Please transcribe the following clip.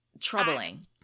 troubling